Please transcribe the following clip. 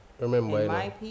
Remember